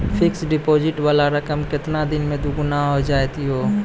Fixed deposit वाला रकम केतना दिन मे दुगूना हो जाएत यो?